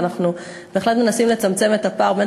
ואנחנו בהחלט מנסים לצמצם את הפער בין